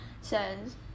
says